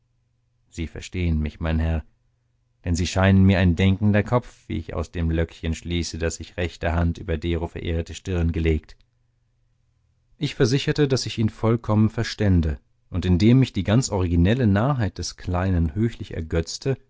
sie verstehen mich mein herr denn sie scheinen mir ein denkender kopf wie ich aus dem löckchen schließe das sich rechter hand über dero verehrte stirn gelegt ich versicherte daß ich ihn vollkommen verstände und indem mich die ganz originelle narrheit des kleinen höchlich ergötzte